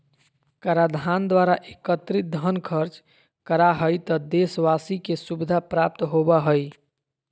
कराधान द्वारा एकत्रित धन खर्च करा हइ त देशवाशी के सुविधा प्राप्त होबा हइ